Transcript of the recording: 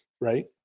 Right